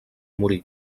morir